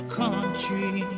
country